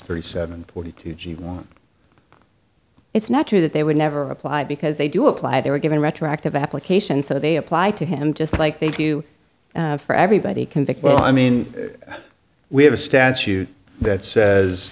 thirty seven forty two g one it's not true that they would never apply because they do apply they were given retroactive applications so they apply to him just like they do you for everybody can think well i mean we have a statute that says